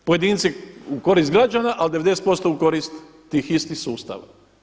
Pojedinci u korist građana, a 90% u korist tih istih sustava.